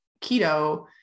keto